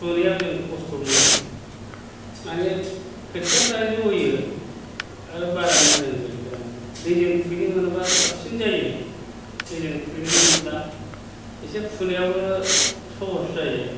फुनायाव जों खस्थ' मोनो माने खोथियाफ्रा ज'यो आरो बारा मोजां जाया गोराना दैजों खुबैनो मोनोबा साबसिन जायो दैजों खुबैनो मोनब्ला एसे फुनायावबो सहस जायो